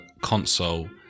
console